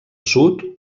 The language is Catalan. sud